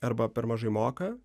arba per mažai moka